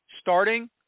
Starting